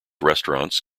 restaurants